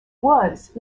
was